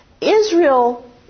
Israel